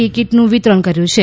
ઇ કીટનું વિતરણ કર્યું છે